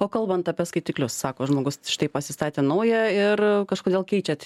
o kalbant apie skaitiklius sako žmogus štai pasistatė naują ir kažkodėl keičiat